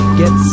get